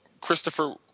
Christopher